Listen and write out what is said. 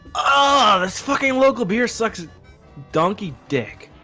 ah this fucking local beer sucks donkey dick